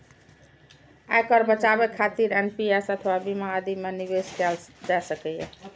आयकर बचाबै खातिर एन.पी.एस अथवा बीमा आदि मे निवेश कैल जा सकैए